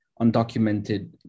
undocumented